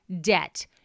debt